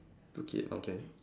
okay okay